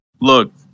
look